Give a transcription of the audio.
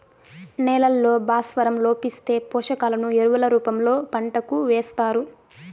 నేలల్లో భాస్వరం లోపిస్తే, పోషకాలను ఎరువుల రూపంలో పంటకు ఏస్తారు